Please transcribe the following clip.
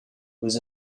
was